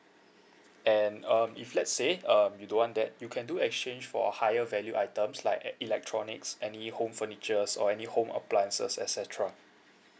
and um if let's say um you don't want that you can do exchange for higher value items like electronics any home furniture or any home appliances et cetera